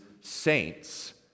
saints